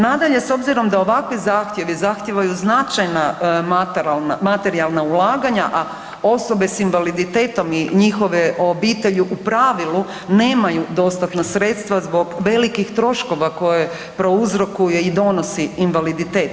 Nadalje, s obzirom da ovakvi zahtjevi zahtijevaju značajna materijalna ulaganja, a osobe s invaliditetom i njihove obitelji u pravilu nemaju dostatna sredstva zbog velikih troškova koje prouzrokuje i donosi invaliditet.